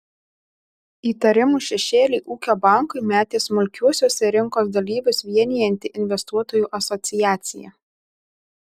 įtarimų šešėlį ūkio bankui metė smulkiuosiuose rinkos dalyvius vienijanti investuotojų asociacija